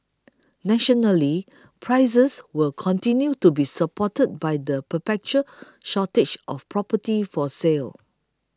nationally prices will continue to be supported by the perpetual shortage of property for sale